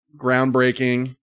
groundbreaking